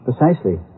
Precisely